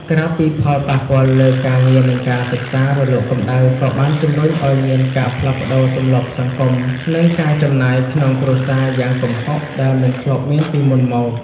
ក្រៅពីផលប៉ះពាល់លើការងារ និងការសិក្សា រលកកម្ដៅក៏បានជម្រុញឱ្យមានការផ្លាស់ប្តូរទម្លាប់សង្គម និងការចំណាយក្នុងគ្រួសារយ៉ាងគំហុកដែលមិនធ្លាប់មានពីមុនមក។